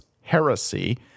heresy